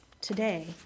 today